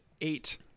eight